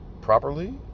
properly